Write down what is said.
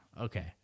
Okay